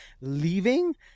leaving